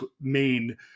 main